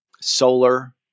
solar